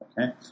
okay